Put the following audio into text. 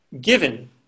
given